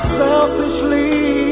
selfishly